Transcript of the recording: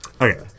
Okay